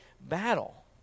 battle